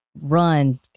run